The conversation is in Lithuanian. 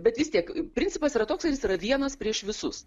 bet vis tiek principas yra toks kad jis yra vienas prieš visus